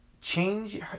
change